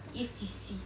E_C_C